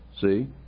See